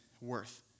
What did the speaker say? worth